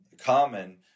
common